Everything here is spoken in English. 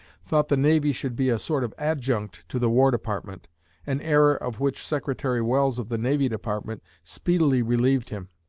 thought the navy should be a sort of adjunct to the war department an error of which secretary welles of the navy department speedily relieved him.